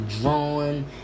drawing